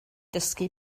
dysgu